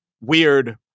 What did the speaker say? weird